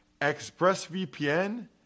ExpressVPN